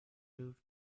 moved